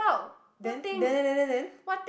then then then then then then